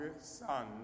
son